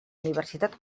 universitat